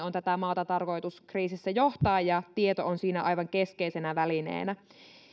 on tätä maata tarkoitus kriisissä johtaa ja tieto on siinä aivan keskeisenä välineenä